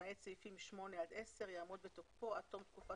למעט סעיפים 8 עד 10 יעמוד בתוקפו עד לתום תקופת